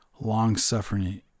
long-suffering